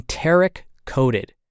enteric-coated